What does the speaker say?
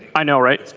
i know right.